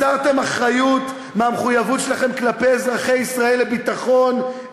הסרתם אחריות מהמחויבות שלכם כלפי אזרחי ישראל לביטחון,